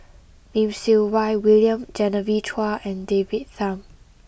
Lim Siew Wai William Genevieve Chua and David Tham